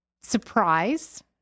surprise